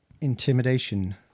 intimidation